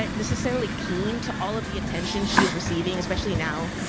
ah necessarily keen to all of the attention she is receiving, especially now.